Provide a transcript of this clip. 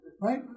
right